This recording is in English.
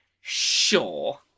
sure